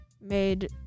made